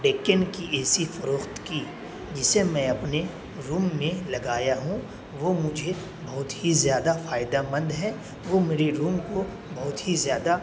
ڈکن کی A C فروخت کی جسے میں اپنے روم میں لگایا ہوں وہ مجھے بہت ہی زیادہ فائدہ مند ہے وہ میرے روم کو بہت ہی زیادہ